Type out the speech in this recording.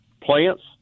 plants